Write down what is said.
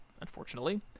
unfortunately